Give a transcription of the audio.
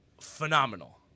phenomenal